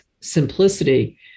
simplicity